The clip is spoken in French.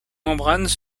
membranes